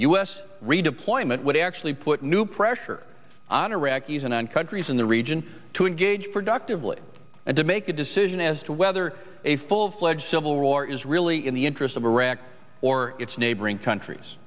s redeployment would actually put new pressure on iraqis and on countries in the region to engage productively and to make a decision as to whether a full fledged civil war is really in the interest of iraq or its neighboring countries